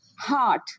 heart